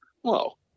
Whoa